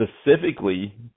specifically